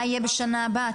מה יהי בשנה הבאה?